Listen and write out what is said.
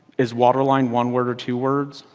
is waterline one word or two words.